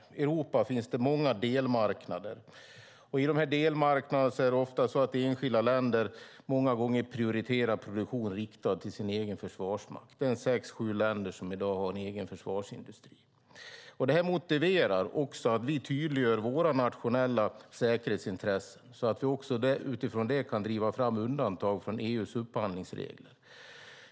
I Europa finns det många delmarknader, och i dessa delmarknader är det ofta så att enskilda länder många gånger prioriterar produktion riktad till sin egen försvarsmakt. Det är sex sju länder som i dag har en egen försvarsindustri. Detta motiverar att vi tydliggör våra nationella säkerhetsintressen så att vi utifrån detta kan driva fram undantag från EU:s upphandlingsregler.